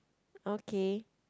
okay